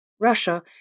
russia